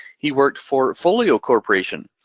he worked for folio corporation,